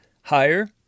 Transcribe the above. higher